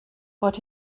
but